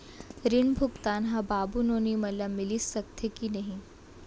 ऋण भुगतान ह बाबू नोनी मन ला मिलिस सकथे की नहीं?